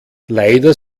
leider